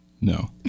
No